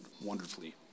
wonderfully